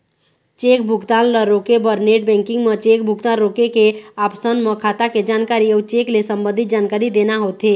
cheque भुगतान ल रोके बर नेट बेंकिंग म चेक भुगतान रोके के ऑप्सन म खाता के जानकारी अउ चेक ले संबंधित जानकारी देना होथे